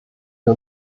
wir